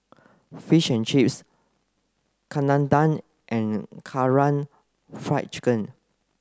fish and Chips Chana Dal and Karaage Fried Chicken